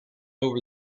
over